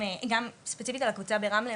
ספציפית על הקבוצה ברמלה,